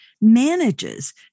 manages